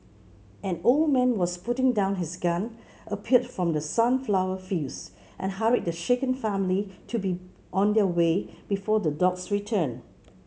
an old man was putting down his gun appeared from the sunflower fields and hurried the shaken family to be on their way before the dogs return